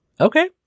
Okay